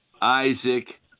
Isaac